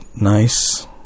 nice